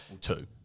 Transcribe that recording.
two